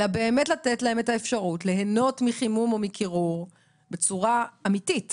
אלא באמת לתת להם את האפשרות ליהנות מחימום או מקירור בצורה אמיתית.